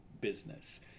business